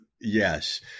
yes